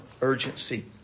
urgency